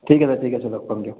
ঠিক আছে ঠিক আছে লগ পাম দিয়ক